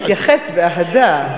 אני אתייחס באהדה.